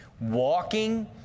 Walking